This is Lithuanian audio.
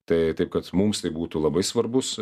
tai taip kad mums tai būtų labai svarbus